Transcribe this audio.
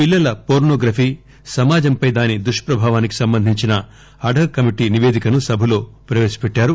పిల్లల పోర్సోగ్రఫీ సమాజంపై దాని దుష్పభావానికి సంబంధించిన అడ్ హక్ కమిటీ నిపేదికను సభలో ప్రవేశపెట్టారు